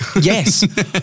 Yes